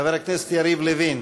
חבר הכנסת יריב לוין,